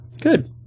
Good